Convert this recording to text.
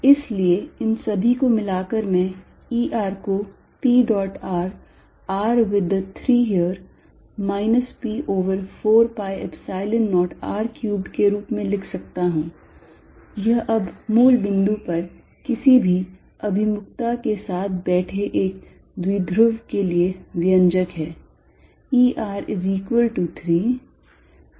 इसलिए इन सभी को मिलाकर मैं E r को p dot r r with the 3 here minus p over 4 pi Epsilon 0 r cubed के रूप में लिख सकता हूँ यह अब मूल बिंदु पर किसी भी अभिमुखता के साथ बैठे एक द्विध्रुव के लिए व्यंजक है